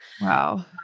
Wow